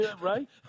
right